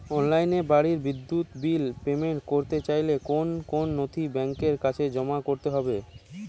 অনলাইনে বাড়ির বিদ্যুৎ বিল পেমেন্ট করতে চাইলে কোন কোন নথি ব্যাংকের কাছে জমা করতে হবে?